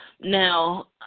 Now